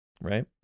Right